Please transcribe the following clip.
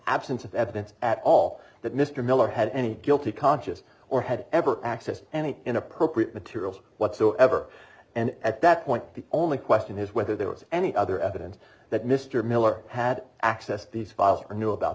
absence of evidence at all that mr miller had any guilty conscious or had ever accessed any inappropriate materials whatsoever and at that point the only question is whether there was any other evidence that mr miller had accessed these files or knew about